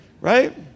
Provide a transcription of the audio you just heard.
right